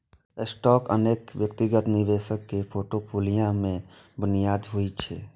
stock अनेक व्यक्तिगत निवेशक के फोर्टफोलियो के बुनियाद होइ छै